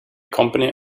company